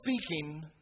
speaking